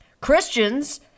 Christians